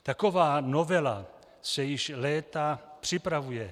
Taková novela se již léta připravuje.